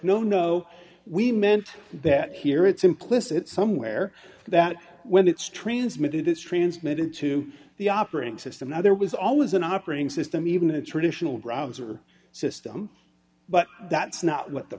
no no we meant that here it's implicit somewhere that when it's transmitted it's transmitted to the operating system now there was always an operating system even a traditional browser system but that's not what the